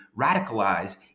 radicalize